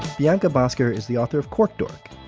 bianca bosker is the author of cork dork.